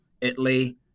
Italy